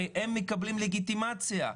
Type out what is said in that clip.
הרי הם מקבלים לגיטימציה.